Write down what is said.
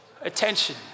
Attention